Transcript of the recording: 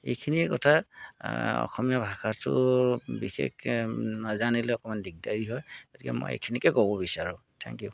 এইখিনিয়ে কথা অসমীয়া ভাষাটো বিশেষ নাজানিলে অকণমান দিগদাৰী হয় গতিকে মই এইখিনিকে ক'ব বিচাৰোঁ থেংক ইউ